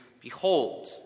behold